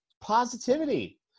positivity